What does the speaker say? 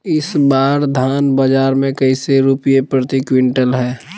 इस बार धान बाजार मे कैसे रुपए प्रति क्विंटल है?